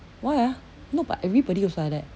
why ah no but everybody also like that